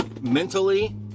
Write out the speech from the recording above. mentally